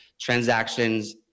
transactions